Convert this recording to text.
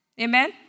Amen